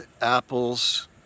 apples